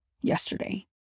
yesterday